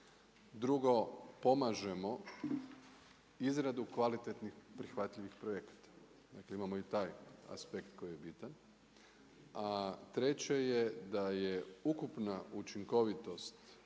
Drugo, pomažemo izradu kvalitetnih prihvatljivih projekata, dakle imamo i taj aspekt koji je bitan. A treće je da je ukupna učinkovitost